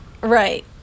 Right